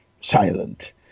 silent